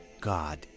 God